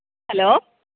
hello